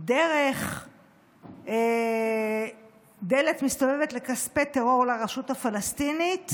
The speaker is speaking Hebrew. דרך דלת מסתובבת לכספי טרור לרשות הפלסטינית